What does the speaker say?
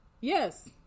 Yes